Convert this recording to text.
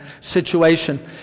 situation